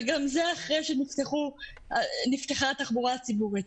וגם זה אחרי שנפתחה התחבורה הציבורית.